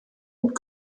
und